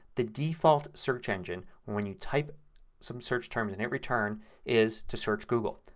the default search engine when you type some search terms and hit return is to search goggle.